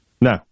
No